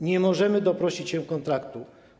Nie możemy doprosić się kontraktu.